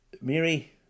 Mary